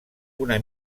una